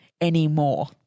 anymore